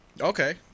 Okay